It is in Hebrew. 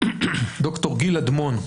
ד"ר גיל אדמון נמצא?